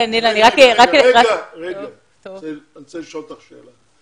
אני רוצה לשאול אותך שאלה.